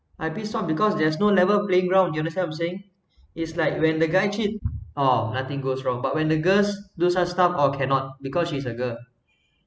I pissed off because there's no level playground you understand what I'm saying is like when the guy cheat oh nothing goes wrong but when the girls do such stuff oh cannot because she's a girl